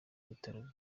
bitaro